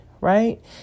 right